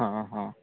ହଁ ହଁ